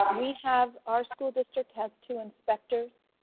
we have our school district has two inspectors,